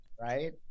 Right